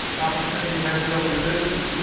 opportunity has no religion,